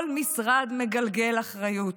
כל משרד מגלגל אחריות,